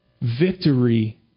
victory